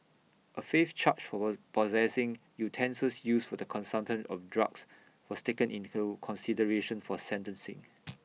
A fifth charge for was possessing utensils used for the consumption of drugs was taken into consideration for sentencing